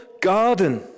garden